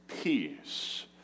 peace